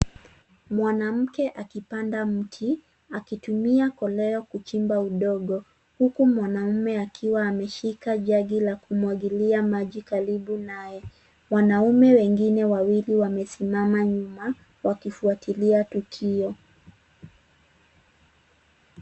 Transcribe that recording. Mwanamke akipanda mti, akitumia koleo kuchimba udongo, huku mwanaume jagi la kumwagilia maji karibu naye. Wanaume wengine wawili wamesimama nyuma, wakifuatilia tukio.